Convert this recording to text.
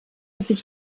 sich